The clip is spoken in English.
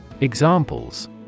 Examples